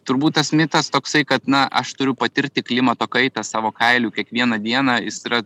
turbūt tas mitas toksai kad na aš turiu patirti klimato kaitą savo kailiu kiekvieną dieną jis yra